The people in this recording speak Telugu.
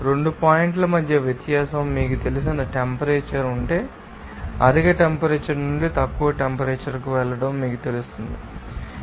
2 పాయింట్ల మధ్య వ్యత్యాసం మీకు తెలిసిన టెంపరేచర్ ఉంటే అధిక టెంపరేచర్ నుండి తక్కువ టెంపరేచర్ లకు వెళ్లడం మీకు తెలుస్తుందని మీరు చూస్తారు